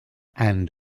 and